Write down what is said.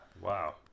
Wow